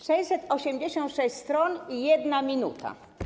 686 stron i 1 minuta.